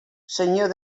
senyor